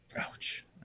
Ouch